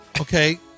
Okay